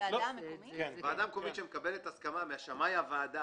ועדה מקומית שמקבלת הסכמה משמאי הוועדה